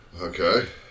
Okay